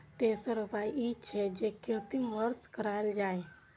तेसर उपाय ई छै, जे कृत्रिम वर्षा कराएल जाए